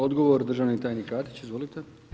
Odgovor državni tajnik Katić, izvolite.